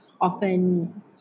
often